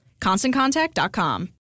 ConstantContact.com